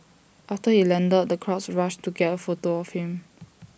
after he landed the crowds rushed to get A photo of him